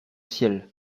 ciel